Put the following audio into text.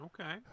Okay